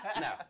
no